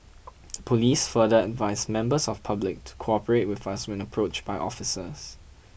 the police further advised members of public to cooperate with us when approached by officers